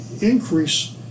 increase